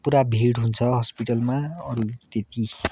पुरा भिड हुन्छ हस्पिटलमा अरू त्यति